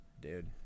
dude